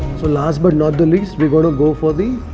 so last but not the least, we're going to go for the.